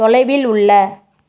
தொலைவில் உள்ள